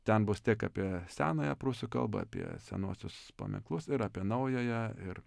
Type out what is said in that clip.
ten bus tiek apie senąją prūsų kalbą apie senuosius paminklus ir apie naująją ir